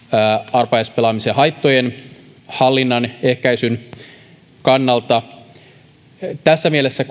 arpajaispelaamisen haittojen hallinnan ja ehkäisyn kannalta tässä mielessä